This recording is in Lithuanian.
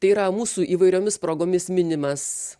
tai yra mūsų įvairiomis progomis minimas